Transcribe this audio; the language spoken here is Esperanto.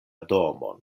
domon